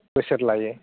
बोसोर लायो